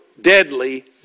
deadly